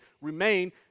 remain